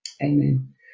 Amen